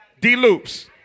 D-Loops